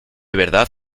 verdad